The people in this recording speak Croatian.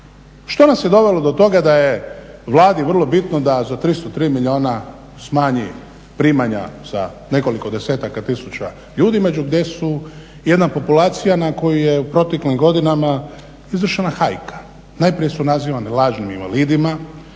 Što nas je dovelo do toga da je Vladi vrlo bitno da za 303 milijuna smanji primanja za nekoliko desetaka tisuća ljudi gdje su jedna populacija na koju je u proteklim godinama izvršena hajka. Najprije su nazivani lažnim invalidima